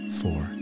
four